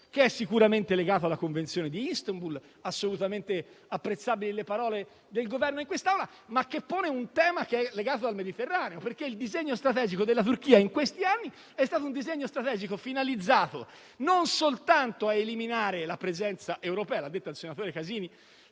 che è sicuramente legato alla Convenzione di Istanbul (assolutamente apprezzabili le parole del Governo in quest'Aula), ma che pone un tema legato al Mediterraneo. Il disegno strategico della Turchia in questi anni, infatti, è stato un disegno strategico finalizzato, non soltanto a eliminare la presenza europea, come ha detto il senatore Casini,